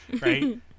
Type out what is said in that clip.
right